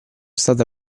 state